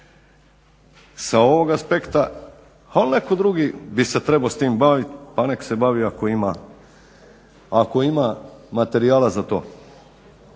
sa ovog aspekta, ali netko drugi bi se s tim trebao baviti pa neka se bavi ako ima materijala za to.